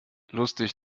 lustig